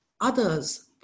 others